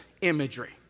imagery